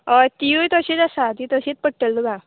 हय तिवूय तशीच आसा ती तशीच पडटलीं तुका